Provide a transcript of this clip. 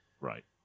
Right